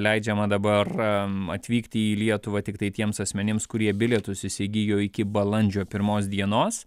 leidžiama dabar jam atvykti į lietuvą tiktai tiems asmenims kurie bilietus įsigijo iki balandžio pirmos dienos